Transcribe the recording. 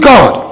God